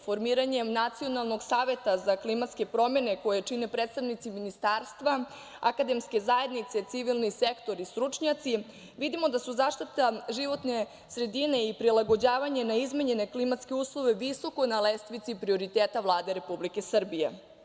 Formiranjem Nacionalnog saveta za klimatske promene, koje čine predstavnici ministarstva, akademske zajednice, civilni sektor i stručnjaci, vidimo da su zaštita životne sredine i prilagođavanje na izmenjene klimatske uslove visoko na lestvici prioriteta Vlade Republike Srbije.